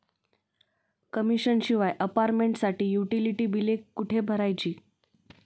Commission शिवाय अपार्टमेंटसाठी utility बिले कुठे भरायची?